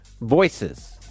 voices